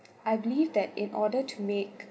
I believe that in order to make